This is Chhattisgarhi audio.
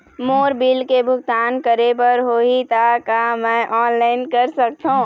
मोर बिल के भुगतान करे बर होही ता का मैं ऑनलाइन कर सकथों?